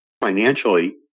financially